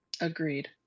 Agreed